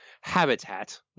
Habitat